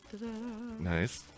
Nice